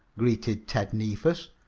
greeted ted neefus.